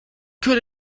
could